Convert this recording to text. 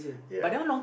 ya